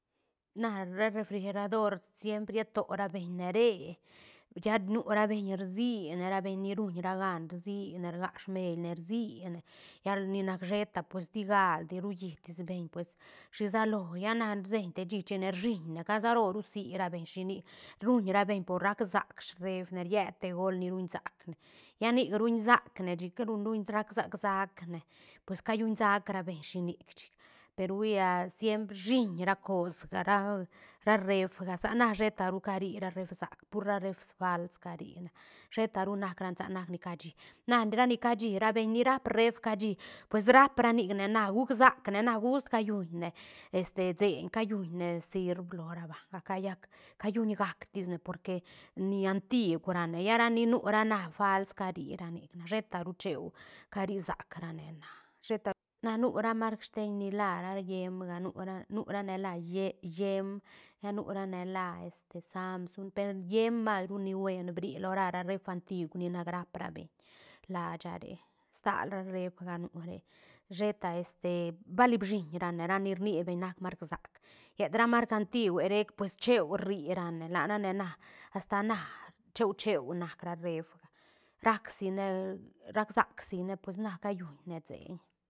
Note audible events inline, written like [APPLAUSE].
Na ra refrigedor siempre riet to ra beñ ne re lla nu ra beñ rsine ra beñ ni ruñ ra gan rsine rga smeline rsine llar ni nac sheta pues digaldi rulli this beñ pues shisa lo lla na rsieñ te shí china shiñne ca sa ro ru sira beñ shinic ruñ ra beñ por rac sac shi refne ried te göl ni ruñ sac ne lla nic ruñ sac ne chic ruñ-ruñ rac sac- sac ne pues callun saac ra beñ shinic chic per hui [HESITATION] siempre rshiñ ra cosga rao- ra refga sa na sheta ru cari ra reef sac pur ra reef faals cari na sheta ru nac ra ne sa nac ne cashi na ra ni cashi ra beiñ ni raap reef cashi pues raap ra nicne na juuk sac ne na gust cayun ne este seiñ cayun ne sirb lo ro ra banga cayac cayun gactis ne porque ni antigua ra ne lla rani nu ra na fals cari ra nic na shetaru cheu cari sac rane na sheta na nu ra mark steñ ni lára yemga nura- nurane lá ye- yem lla nu rane lá este samsung per yem mas ru ni buen bri lo ra ra reef antigu ni nac rapra beñ lasha re stal ra reefga nu re sheta este bali bshin rane ra ni rnibeñ nac mark sac llet ra mark antigue rec pues cheu rri rane larane na asta na cheu cheu nac ra reefga rac sine rac sac sine pues na calluñ ne seiñ